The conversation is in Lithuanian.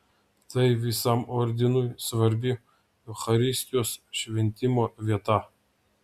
tai visam ordinui svarbi eucharistijos šventimo vieta